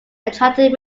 attracted